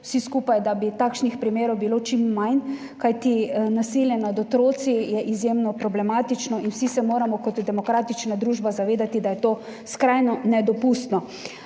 vsi skupaj želeli, da bi bilo takšnih primerov čim manj, kajti nasilje nad otroki je izjemno problematično in vsi se moramo kot demokratična družba zavedati, da je to skrajno nedopustno.